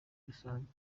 rusange